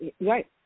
right